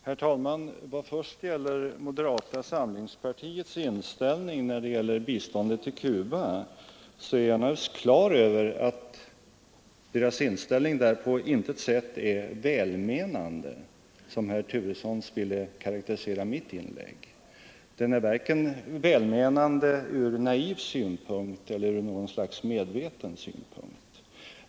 Herr talman! I vad först gäller moderata samlingspartiets inställning i fråga om biståndet till Cuba är jag naturligtvis klar över att denna inställning på intet sätt är välmenande — såsom herr Turesson ville karakterisera mitt inlägg. Den är varken välmenande från naiv synpunkt eller från något slags medveten synpunkt.